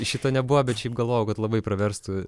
šito nebuvo bet šiaip galvojau kad labai praverstų